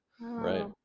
Right